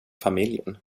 familjen